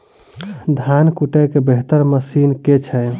धान कुटय केँ बेहतर मशीन केँ छै?